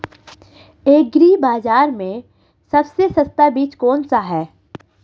Agree बाज़ार में सबसे सस्ता बीज कौनसा है?